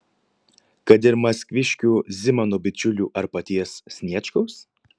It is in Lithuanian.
kad ir maskviškių zimano bičiulių ar paties sniečkaus